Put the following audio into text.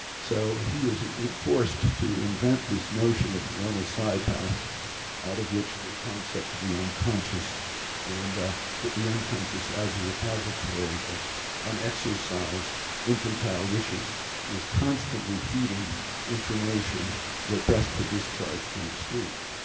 so he was forced to invent this notion of neuronal side-paths out of which the concept of the unconscious and that the unconscious as a repository of unexorcised infantile wishes was constantly feeding information that condensed for discharge during sleep.